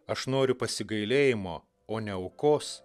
aš noriu pasigailėjimo o ne aukos